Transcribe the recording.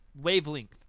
Wavelength